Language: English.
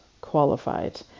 qualified